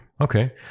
Okay